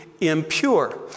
impure